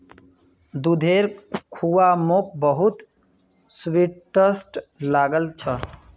दूधेर खुआ मोक बहुत स्वादिष्ट लाग छ